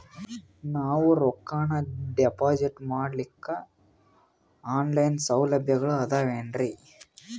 ನಾವು ರೊಕ್ಕನಾ ಡಿಪಾಜಿಟ್ ಮಾಡ್ಲಿಕ್ಕ ಆನ್ ಲೈನ್ ಸೌಲಭ್ಯಗಳು ಆದಾವೇನ್ರಿ?